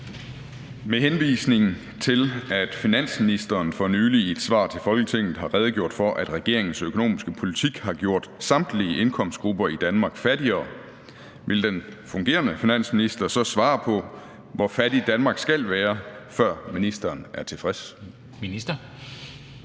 Med henvisning til, at ministeren for nylig i et svar til Folketinget har redegjort for, at regeringens økonomiske politik har gjort samtlige indkomstgrupper i Danmark fattigere, vil ministeren så svare på, hvor fattig Danmark skal være, før ministeren er tilfreds?